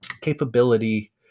capability